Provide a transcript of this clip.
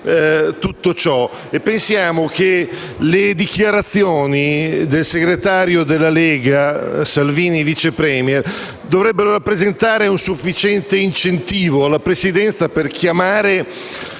tutto ciò. Pensiamo che le dichiarazioni del segretario della Lega e vice *premier* Salvini dovrebbero rappresentare un sufficiente incentivo alla Presidenza per invitare